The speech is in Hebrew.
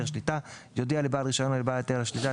שליטה יודיע לבעל הרישיון או לבעל היתר השליטה,